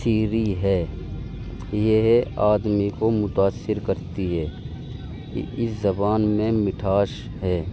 شریں ہے یہ آدمی کو متاثر کرتی ہے اس زبان میں مٹھاس ہے